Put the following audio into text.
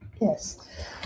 Yes